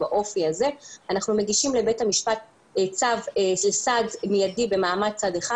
אנחנו מגישים לבית המשפט צו לסעד מיידי במעמד צד אחד,